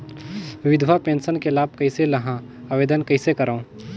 विधवा पेंशन के लाभ कइसे लहां? आवेदन कइसे करव?